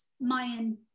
Mayan